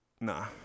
Nah